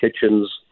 kitchens